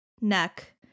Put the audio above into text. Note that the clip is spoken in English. neck